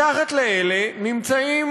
מתחת לאלה נמצאים